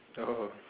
oh